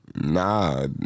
Nah